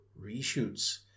reshoots